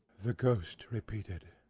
the ghost repeated.